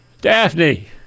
Daphne